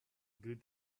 good